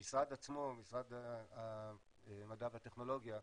המשרד עצמו, משרד המדע והטכנולוגיה,